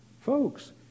folks